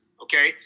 Okay